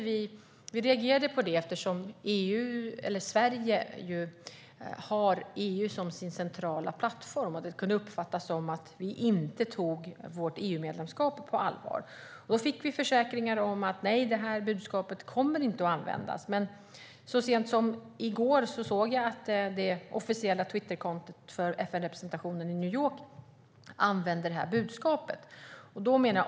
Vi reagerade på det eftersom Sverige har EU som sin centrala plattform, och det kunde uppfattas som att vi inte tog vårt EU-medlemskap på allvar. Vi fick försäkringar om att detta budskap inte skulle användas. Men så sent som i går såg jag att det officiella Twitterkontot för FN-representationen i New York använder detta budskap.